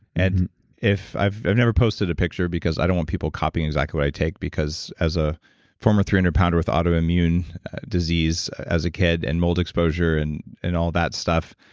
and i've never posted a picture because i don't want people copying exactly what i take because as a former three hundred pound with autoimmune disease as a kid and mold exposure and and all that stuff,